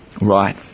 Right